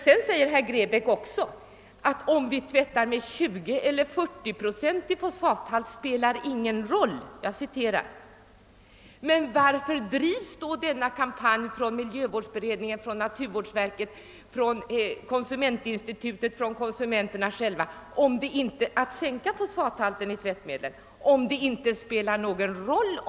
Sedan säger herr Grebäck också: Om vi tvättar med 20 eller 40-procentig fosfathalt spelar ingen roll. Men varför drivs då denna kampanj från miljövårdsberedningen, från naturvårdsverket, från konsumentinstitutet och från konsumenterna själva för att sänka fosfathalten i tvättmedlen om den inte spelar någon roll?